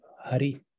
Hari